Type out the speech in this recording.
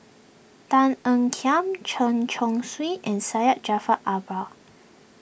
Tan Ean Kiam Chen Chong Swee and Syed Jaafar Albar